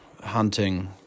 hunting